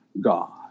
God